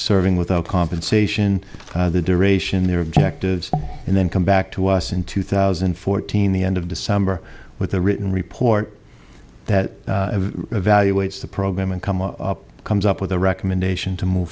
serving without compensation the duration their objectives and then come back to us in two thousand and fourteen the end of december with a written report that evaluates the program and come up comes up with a recommendation to move